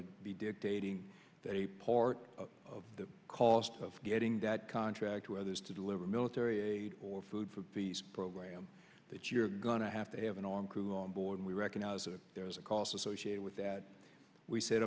to be dictating a part of the cost of getting that contract to others to deliver military aid or food for peace program that you're going to have to have an on crew on board and we recognize that there's a cost associated with that we set